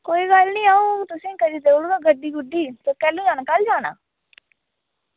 आं कोई गल्ल निं अंऊ तुसेंगी करी देई ओड़गा गड्डी ते कैलूं जाना कल्ल जाना